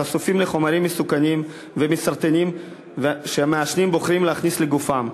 חשופים לחומרים מסוכנים ומסרטנים שהמעשנים בוחרים להכניס לגופם,